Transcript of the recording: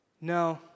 No